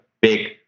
big